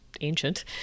ancient